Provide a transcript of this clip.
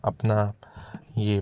अपना ये